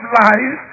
life